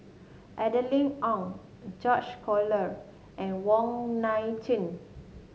Adeline Ooi George Collyer and Wong Nai Chin